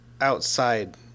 outside